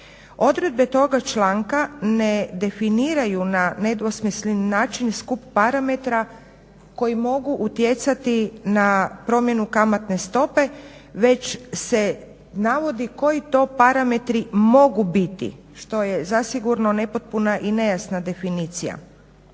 Odredbe toga članka ne definiraju na ne dvosmislen način skup parametra koji mogu utjecati na promjenu kamatne stope, već se navodi koji to parametri mogu biti što je zasigurno nepotpuna i nejasna definicija